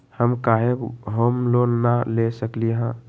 हम काहे home loan न ले सकली ह?